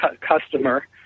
customer